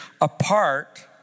apart